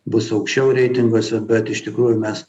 bus aukščiau reitinguose bet iš tikrųjų mes